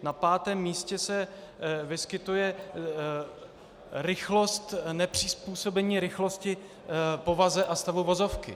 Na pátém místě se vyskytuje nepřizpůsobení rychlosti povaze a stavu vozovky.